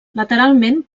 lateralment